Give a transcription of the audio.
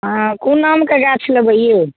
हँ कोन आमके गाछ लेबै ये